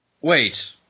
Wait